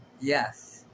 yes